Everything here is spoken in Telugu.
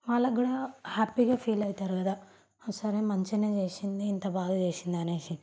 వాళ్ళకు కూడా హ్యాపీగా ఫీల్ అవుతారు కదా సరే మంచిగానే చేసింది ఇంత బాగా చేసింది అనేసి